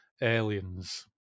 Aliens